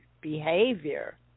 behavior